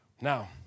Now